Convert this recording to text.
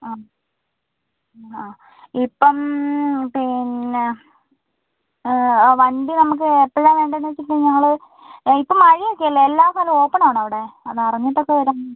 ആ ആ ഇപ്പം പിന്നെ വണ്ടി നമുക്ക് എപ്പോഴാണ് വേണ്ടതെന്ന് വെച്ചിട്ട് ഞങ്ങൾ ഇപ്പം മഴയൊക്കെയല്ലേ എല്ലാ സ്ഥലവും ഓപ്പൺ ആണോ അവിടെ അത് അറിഞ്ഞിട്ടൊക്കെ വരാം